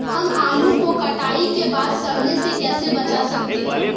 हम आलू को कटाई के बाद सड़ने से कैसे बचा सकते हैं?